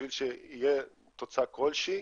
בשביל תהיה תוצאה כלשהי,